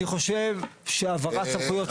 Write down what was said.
אבל, מחקרים מראים מצוין.